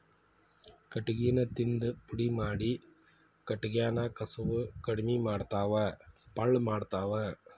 ಕಟಗಿನ ತಿಂದ ಪುಡಿ ಮಾಡಿ ಕಟಗ್ಯಾನ ಕಸುವ ಕಡಮಿ ಮಾಡತಾವ ಪಳ್ಳ ಮಾಡತಾವ